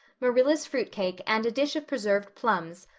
marilla's fruit cake and a dish of preserved plums,